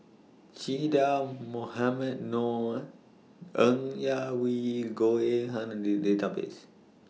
Che Dah Mohamed Noor Ng Yak Whee Goh Eng Han Are in The Database